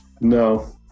no